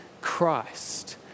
Christ